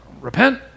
repent